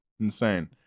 Insane